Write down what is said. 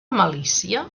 malícia